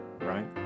right